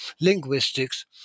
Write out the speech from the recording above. linguistics